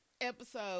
episode